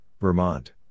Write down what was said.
Vermont